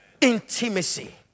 Intimacy